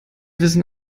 wissen